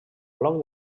bloc